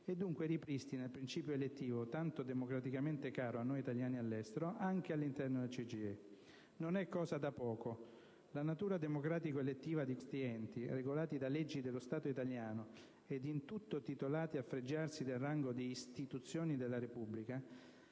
e dunque ripristina il principio elettivo, tanto democraticamente caro a noi italiani all'estero, anche all'interno del CGIE. Non è cosa da poco. La natura democratico-elettiva di questi enti, regolati da leggi dello Stato italiano ed in tutto titolati a fregiarsi del rango di istituzioni della Repubblica,